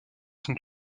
son